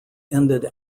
ended